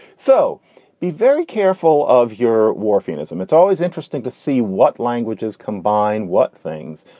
so be very careful of your warfield ism. it's always interesting to see what languages combine, what things,